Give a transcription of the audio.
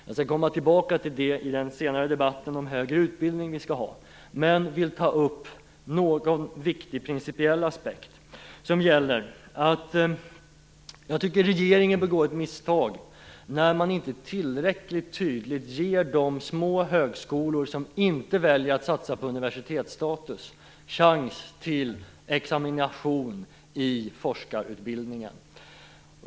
Jag skall komma tillbaka till det i den senare debatten om högre utbildning som vi skall ha, men jag vill ta upp någon viktig principiell aspekt. Jag tycker att regeringen begår ett misstag när den inte tillräckligt tydligt ger de små högskolor som inte väljer att satsa på universitetsstatus chans till examination i forskarutbildningen.